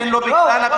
לא.